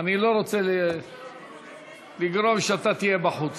אני לא רוצה לגרום שאתה תהיה בחוץ